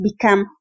become